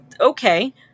okay